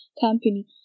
company